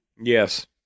Yes